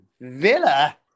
Villa